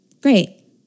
great